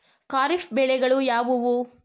ಖಾರಿಫ್ ಬೆಳೆಗಳು ಯಾವುವು?